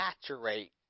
saturate